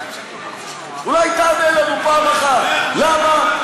אולי תענה לנו פעם אחת, למה?